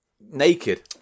Naked